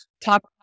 top